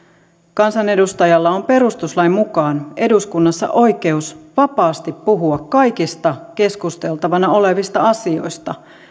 kansanedustajalla on perustuslain mukaan eduskunnassa oikeus vapaasti puhua kaikista keskusteltavana olevista asioista